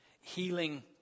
healing